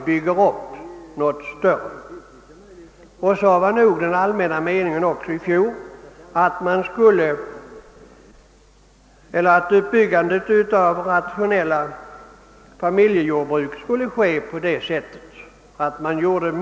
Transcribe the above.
Så var nog också i fjol den allmänna meningen: uppbyggandet av rationella familjejordbruk skulle ske på det sättet.